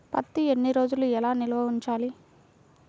పత్తి ఎన్ని రోజులు ఎలా నిల్వ ఉంచాలి?